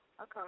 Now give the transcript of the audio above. Okay